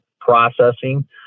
processing